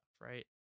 right